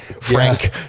Frank